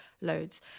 loads